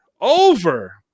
over